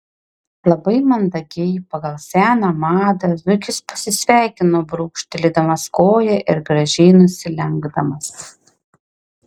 labai mandagiai pagal seną madą zuikis pasisveikino brūkštelėdamas koja ir gražiai nusilenkdamas